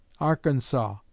Arkansas